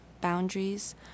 boundaries